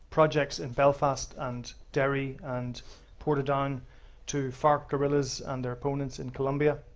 projects and belfast and derry and reported on to farc guerrillas under opponents in colombia.